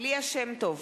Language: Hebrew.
ליה שמטוב,